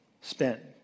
spent